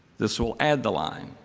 this will add the line.